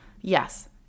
Yes